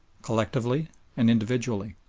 collectively and individually.